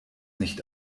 nicht